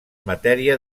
matèria